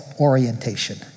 orientation